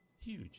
huge